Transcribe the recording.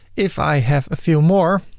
if i have a few more